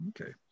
Okay